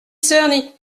sœur